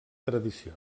tradició